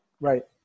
Right